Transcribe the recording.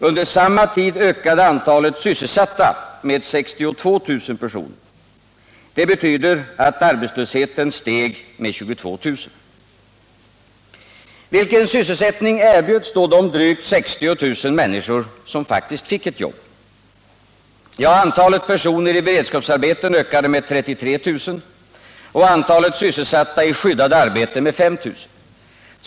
Under samma tid ökade antalet sysselsatta med 62000 personer. Det betyder att arbetslösheten steg med 22000 personer. Vilken sysselsättning erbjöds då de drygt 60 000 människor som faktiskt fick ett jobb? Antalet personer i beredskapsarbeten ökade med 33000 och antalet sysselsatta i skyddade arbeten med 5 000.